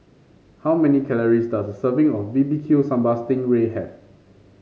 how many calories does a serving of B B Q Sambal Sting Ray have